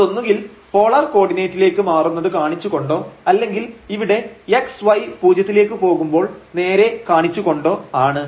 അത് ഒന്നുകിൽ പോളാർ കോർഡിനേറ്റിലേക്ക് മാറുന്നത് കാണിച്ചു കൊണ്ടോ അല്ലെങ്കിൽ ഇവിടെ x y പൂജ്യത്തിലേക്ക് പോകുമ്പോൾ നേരെ കാണിച്ചു കൊണ്ടാ ആണ്